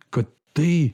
kad tai